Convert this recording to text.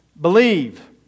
Believe